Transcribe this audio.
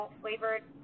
flavored